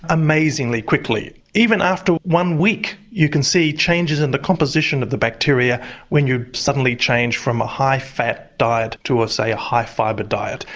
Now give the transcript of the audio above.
amazingly quickly. even after one week you can see changes in the composition of the bacteria when you suddenly change from a high fat diet to a say high fibre diet.